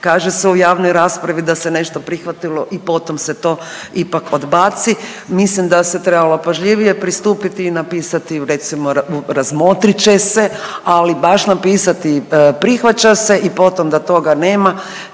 Kaže se u javnoj raspravi da se nešto prihvatilo i potom se to ipak odbaci. Mislim da se trebalo pažljivije pristupiti i napisati recimo razmotrit će se, ali baš napisati prihvaća se i potom da toga nema